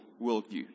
worldview